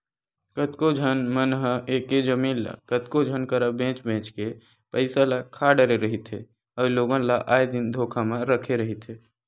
कतको झन मन ह एके जमीन ल कतको झन करा बेंच बेंच के पइसा ल खा डरे रहिथे अउ लोगन ल आए दिन धोखा म रखे रहिथे